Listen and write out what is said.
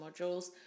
modules